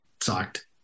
sucked